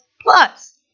plus